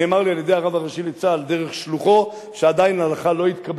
נאמר לי על-ידי הרב הראשי לצה"ל דרך שלוחו שעדיין ההלכה לא התקבלה,